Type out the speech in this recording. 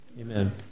Amen